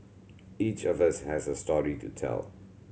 each of us has a story to tell